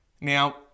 Now